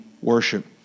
worship